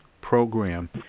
program